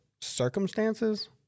circumstances